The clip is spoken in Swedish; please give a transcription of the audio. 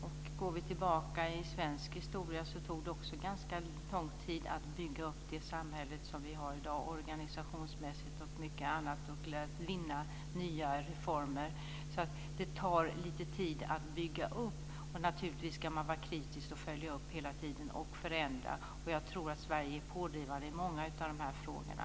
Vi kan gå tillbaka i svensk historia. Det tog ganska lång tid också att bygga upp det samhälle som vi har i dag, organisationsmässigt och på många andra sätt, och att vinna nya reformer. Det tar lite tid att bygga upp. Naturligtvis ska man vara kritisk och hela tiden följa upp och förändra. Och jag tror att Sverige är pådrivande i många av de här frågorna.